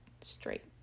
straight